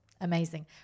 Amazing